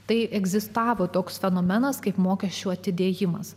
tai egzistavo toks fenomenas kaip mokesčių atidėjimas